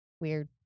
Weird